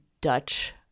Dutch